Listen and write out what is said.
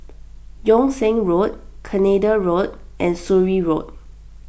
Yung Sheng Road Canada Road and Surrey Road